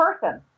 person